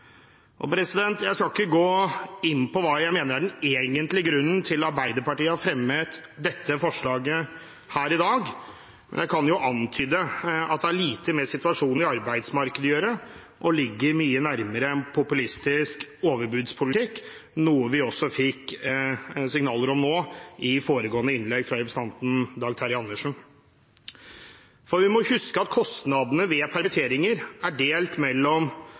eventuelle endringer. Jeg skal ikke gå inn på hva jeg mener er den egentlige grunnen til at Arbeiderpartiet har fremmet dette forslaget her i dag, men jeg kan jo antyde at det har lite med situasjonen på arbeidsmarkedet å gjøre. Det ligger mye nærmere populistisk overbudspolitikk, noe vi også fikk signaler om i foregående innlegg fra representanten Dag Terje Andersen. Vi må huske at kostnadene ved permitteringer er delt mellom